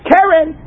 Karen